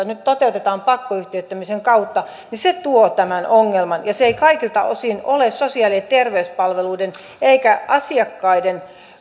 nyt toteutetaan pakkoyhtiöittämisen kautta niin se tuo tämän ongelman ja se ei kaikilta osin ole sosiaali ja terveyspalveluiden eikä asiakkaiden